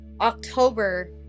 october